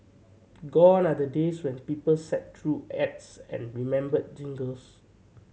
gone are the days when people sat through ads and remembered jingles